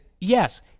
yes